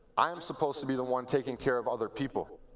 i'm supposed to be the one taking care of other people.